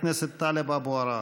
חבר הכנסת טלב אבו עראר.